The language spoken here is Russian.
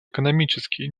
экономические